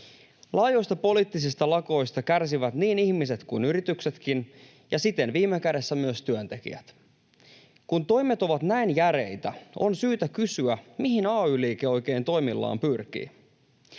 Laajoista poliittisista lakoista kärsivät niin ihmiset kuin yrityksetkin ja siten viime kädessä myös työntekijät. Kun toimet ovat näin järeitä, on syytä kysyä, mihin ay-liike oikein toimillaan pyrkii.